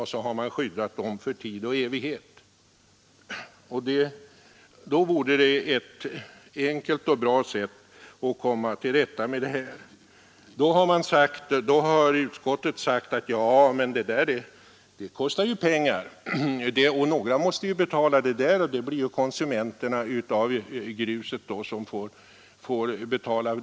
Sedan har vi skyddat åsarna för tid och evighet. Det vore ett enkelt och bra sätt att komma till rätta med det här problemet. I det sammanhanget säger utskottet: Ja, men det där kostar ju pengar. Några måste betala det, och det blir gruskonsumenterna som får betala.